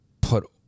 put